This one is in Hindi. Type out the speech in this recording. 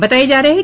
बताया जा रहा है